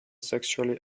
sexually